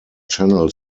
channel